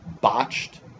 botched